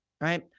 right